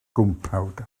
gwmpawd